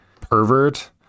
pervert